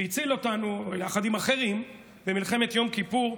שהציל אותנו יחד עם אחרים במלחמת יום כיפור,